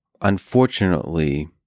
unfortunately